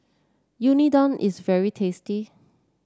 unadon is very tasty